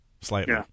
Slightly